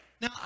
Now